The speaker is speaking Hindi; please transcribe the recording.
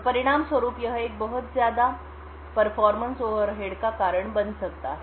तो परिणामस्वरूप यह एक बहुत ज्यादा परफॉर्मेंस ओवरहेड का कारण बन सकता है